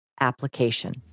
application